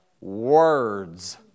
words